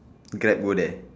grab go there